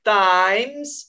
times